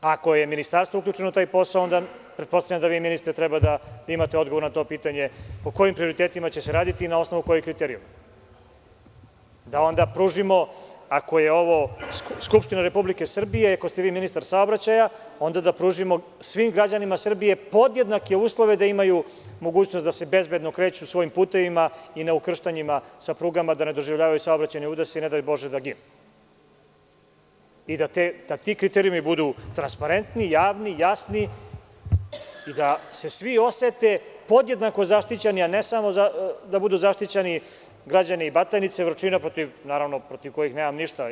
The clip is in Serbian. Ako je ministarstvo uključeno u taj posao, onda pretpostavljam da vi, ministre, treba da imate odgovor na to pitanje o kojim prioritetima će se raditi i na osnovu kojih kriterijuma da onda pružimo, ako je ovo Skupština Republike Srbije i ako ste vi ministar saobraćaja, svim građanima Srbije podjednake uslove da imaju mogućnost da se bezbedno kreću svojim putevima i na ukrštanjima sa prugama, da ne doživljavaju saobraćajne udese i, ne daj Bože, da ginu i da ti kriterijumi budu transparentni, javni, jasni i da se svi osete podjednako zaštićeni, a ne samo da budu zaštićeni građani Batajnice, Vrčina, protiv kojih, naravno, nemam ništa.